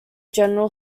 general